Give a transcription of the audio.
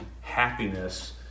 happiness